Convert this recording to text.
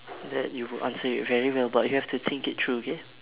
that you will answer it very well but you have to think it through okay